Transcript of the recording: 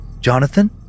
Jonathan